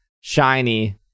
shiny